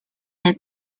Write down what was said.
and